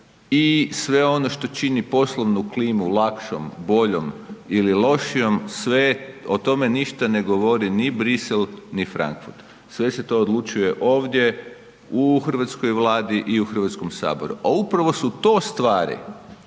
i sve ono što čini poslovnu klimu lakšom, boljom ili lošijom sve o tome ništa ne govori niti Bruxelles, ni Frankfurt. Sve se to odlučuje ovdje u hrvatskoj Vladi i u Hrvatskom saboru. A upravo su to stvari